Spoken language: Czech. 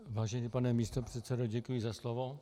Vážený pane místopředsedo, děkuji za slovo.